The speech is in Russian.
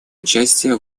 участие